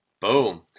Boom